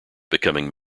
becoming